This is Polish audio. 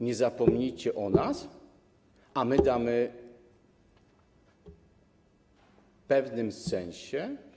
Nie zapomnijcie o nas, a my damy w pewnym sensie.